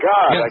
God